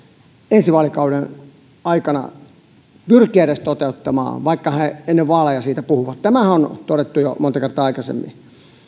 ensi vaalikauden aikana edes pyrkiä toteuttamaan vaikka he ennen vaaleja siitä puhuvat tämähän on todettu jo monta kertaa aikaisemmin